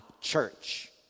church